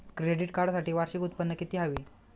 Credit कार्डसाठी वार्षिक उत्त्पन्न किती हवे?